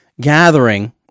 gathering